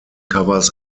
covers